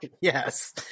Yes